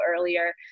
earlier